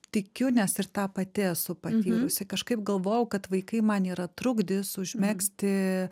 tikiu nes ir tą pati esu patyrusi kažkaip galvojau kad vaikai man yra trukdis užmegzti